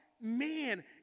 man